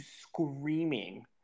screaming